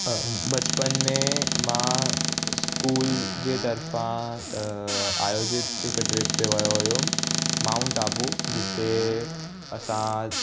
अ बचपन में मां इस्कूल जे तरफा अ आयोजित हिकु ट्रिप ते वियो हुयुमि माउंट टाबू जिते असां